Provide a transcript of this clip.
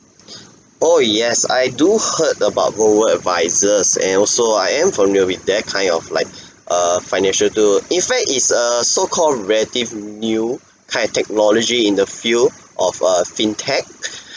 oh yes I do heard about robo advisors and also I am familiar with that kind of like err financial tool in fact it's a so-called relative new kind of technology in the field of err fintech